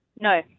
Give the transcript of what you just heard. No